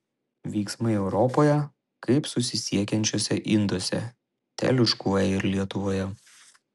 vyksmai europoje kaip susisiekiančiuose induose teliūškuoja ir lietuvoje